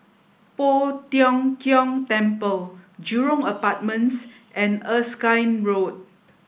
Poh Tiong Kiong Temple Jurong Apartments and Erskine Road